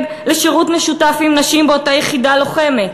לשירות משותף עם נשים באותה יחידה לוחמת.